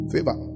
Favor